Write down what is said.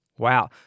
Wow